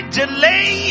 delay